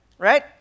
right